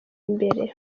imbere